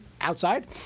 outside